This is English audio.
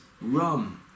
Rum